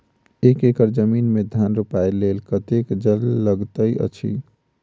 एक एकड़ जमीन मे धान रोपय लेल कतेक जल लागति अछि?